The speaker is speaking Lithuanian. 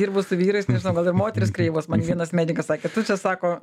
dirbu su vyrais nežinau gal ir moterys kreivos man vienas medikas sakė tu čia sako